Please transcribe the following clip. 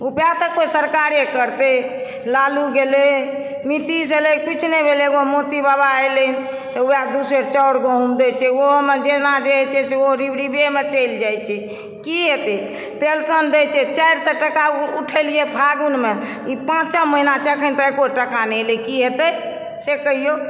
उपाय तऽ कोइ सरकारे करतय लालू गेलय नितीश एलय किछु नहि भेलय एगो मोती बाबा एलय तऽ वएह दू सेर चाउर गहुम दैत छै ओहोमऽ जहिना जे हय छै से ओ डिब्बेमे चलि जाइत छै की हेतय पेल्शन दैत छै चारि सए टाका उठेलियै फागुनमऽ ई पाँचम महिना छियै अखन तक एको टाका नहि एलय की हेतय से कहिऔ